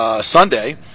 Sunday